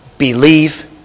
Believe